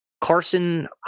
Carson